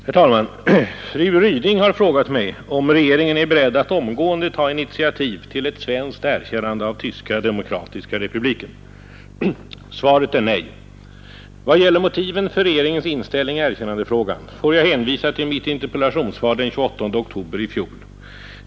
Herr talman! Fru Ryding har frågat mig, om regeringen är beredd att omgående ta initiativ till ett svenskt erkännande av Tyska demokratiska republiken. Svaret är nej. I vad gäller motiven för regeringens inställning i erkännandefrågan får jag hänvisa till mitt interpellationssvar den 28 oktober i fjol.